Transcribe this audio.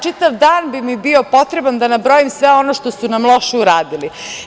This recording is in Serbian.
Čitav dan bi mi bio potreban da nabrojim sve ono što su nam loše uradili.